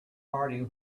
party